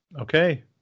Okay